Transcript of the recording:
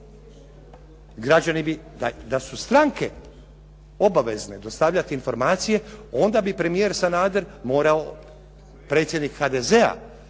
milijuna. Da su stranke obavezne dostavljati informacije, onda bi premijer Sanader morao, predsjednik HDZ-a